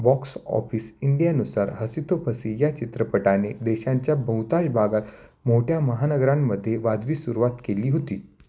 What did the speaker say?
box office इंडियानुसार हसी तो फसी या चित्रपटाने देशांच्या बहुतांश भागात मोठ्या महानगरांमध्ये वाजवी सुरुवात केली होती